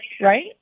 right